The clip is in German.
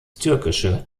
türkische